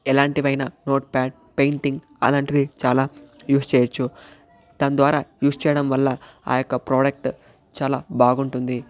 ఎలాంటివైనా note pad painting అలాంటివి చాలా use చేయవచ్చు దాని ద్వారా యూజ్ చేయడం వల్ల ఆ యొక్క ప్రాడక్ట్ చాలా బాగుంటుంది